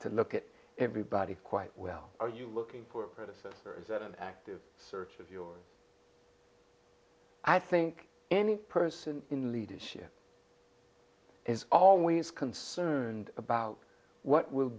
to look at everybody quite well are you looking for predecessors at an active search of yours i think any person in leadership is always concerned about what will